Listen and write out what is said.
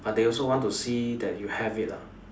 but they also want to see that you have it lah